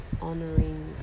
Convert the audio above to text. honoring